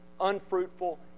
unfruitful